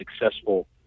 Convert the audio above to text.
successful